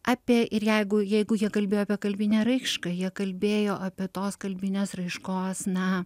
apie ir jeigu jeigu jie kalbėjo apie kalbinę raišką jie kalbėjo apie tos kalbinės raiškos na